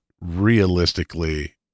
realistically